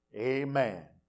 Amen